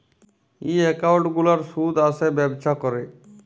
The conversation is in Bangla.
ই একাউল্ট গুলার সুদ আসে ব্যবছা ক্যরে